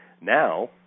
Now